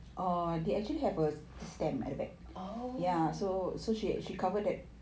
oh